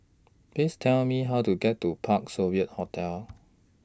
Please Tell Me How to get to Parc Sovereign Hotel